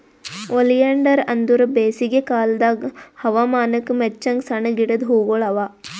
oleander ಅಂದುರ್ ಬೇಸಿಗೆ ಕಾಲದ್ ಹವಾಮಾನಕ್ ಮೆಚ್ಚಂಗ್ ಸಣ್ಣ ಗಿಡದ್ ಹೂಗೊಳ್ ಅವಾ